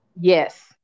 Yes